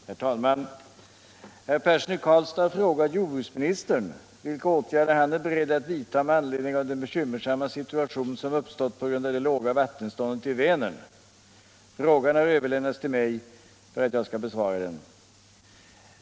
Herr talman! Herr Persson i Karlstad har frågat jordbruksministern vilka åtgärder han är beredd att vidta med anledning av den bekymmersamma situation som uppstått på grund av det låga vattenståndet i Vänern. Frågan har överlämnats till mig för att jag skall besvara den.